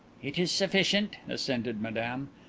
it is sufficient, assented madame.